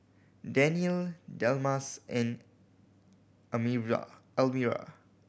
Daniele Delmas and Elmyra